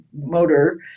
Motor